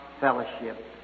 fellowship